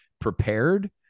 prepared